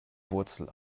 wurzel